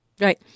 Right